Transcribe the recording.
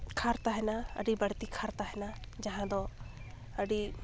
ᱠᱷᱟᱨ ᱛᱟᱦᱮᱱᱟ ᱟᱹᱰᱤ ᱵᱟᱹᱲᱛᱤ ᱠᱷᱟᱨ ᱛᱟᱦᱮᱱᱟ ᱡᱟᱦᱟᱸ ᱫᱚ ᱟᱹᱰᱤ